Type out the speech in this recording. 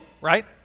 right